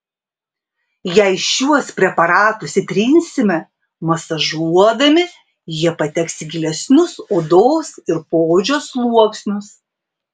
jei šiuos preparatus įtrinsime masažuodami jie pateks į gilesnius odos ir poodžio sluoksnius